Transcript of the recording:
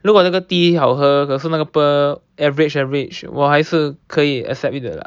如果那个 tea 好喝可是那个 pearl average average 我还是可以 accept it 的啦